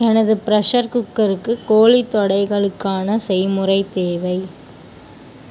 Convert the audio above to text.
எனது பிரஷர் குக்கருக்கு கோழி தொடைகளுக்கான செய்முறை தேவை